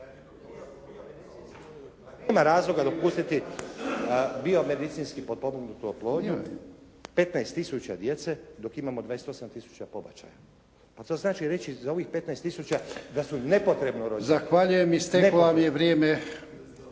nema razloga dopustiti biomedicinski potpomognutu oplodnju 15 tisuća djece dok imamo 28 tisuća pobačaja. Pa to znači reći za ovih 15 tisuća da su nepotrebno rođeni. **Jarnjak, Ivan (HDZ)** Zahvaljujem. Isteklo vam je vrijeme.